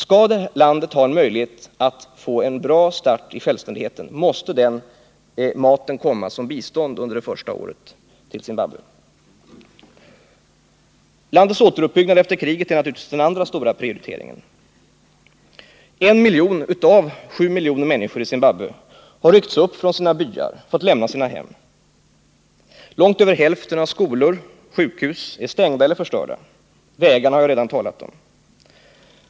Skall landet ha någon möjlighet till en bra start i självständigheten måste den maten komma som bistånd till Zimbabwe under det första året. Landets återuppbyggnad efter kriget är naturligtvis den andra stora prioriteringen. En miljon människor av sju miljoner i Zimbabwe har ryckts upp från sina byar och fått lämna sina hem. Långt över hälften av skolorna och sjukhusen är stängda eller förstörda. — Vägarna har vi redan talat om.